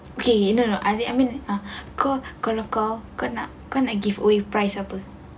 okay I don't know I mean I mean ah oh kalau kau kena kena giveaway prize apa